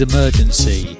Emergency